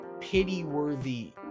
pity-worthy